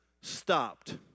stopped